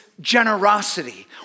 generosity